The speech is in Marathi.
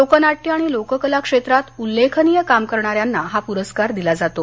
लोकनाट्य आणि लोककला क्षेत्रात उल्लेखनीय काम करणाऱ्यांना हा पुरस्कार दिला जातो